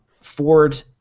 Ford